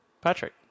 Patrick